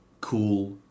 cool